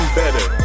better